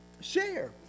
share